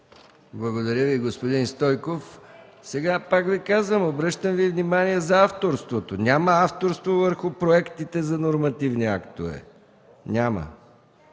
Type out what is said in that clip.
Благодаря Ви, господин Стойков. Пак казвам, обръщам Ви внимание за авторството – няма авторство върху проектите за нормативни актове. Няма.